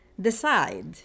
decide